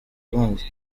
amazi